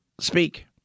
speak